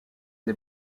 des